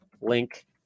link